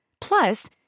Plus